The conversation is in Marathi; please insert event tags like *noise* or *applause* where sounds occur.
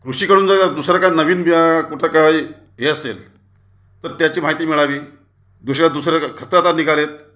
कृषीकडून जर दुसरं काही नवीन कुठं काही हे असेल तर त्याची माहिती मिळावी *unintelligible* दुसरे खतं आता निघाले आहेत